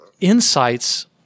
insights